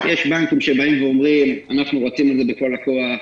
יש בנקים שבאים ואומרים: אנחנו רצים עם זה בכל הכוח,